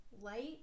light